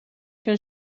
gün